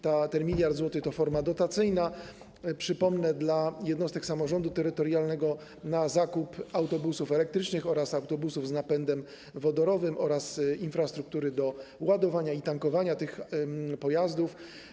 Ten 1 mld zł, przypomnę, to forma dotacyjna dla jednostek samorządu terytorialnego na zakup autobusów elektrycznych, autobusów z napędem wodorowym oraz infrastruktury do ładowania i tankowania tych pojazdów.